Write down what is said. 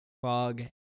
Fog